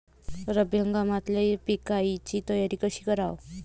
रब्बी हंगामातल्या पिकाइची तयारी कशी कराव?